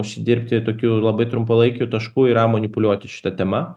užsidirbti tokių labai trumpalaikių taškų yra manipuliuoti šita tema